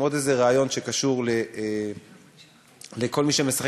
עם עוד איזה רעיון שקשור לכל מי שמשחק